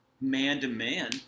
man-to-man